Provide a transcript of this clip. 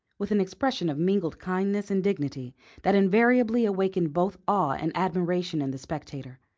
with an expression of mingled kindness and dignity that invariably awakened both awe and admiration in the spectator.